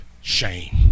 shame